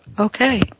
Okay